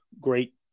Great